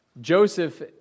Joseph